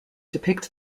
depict